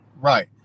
Right